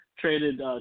traded